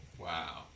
Wow